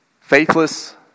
Faithless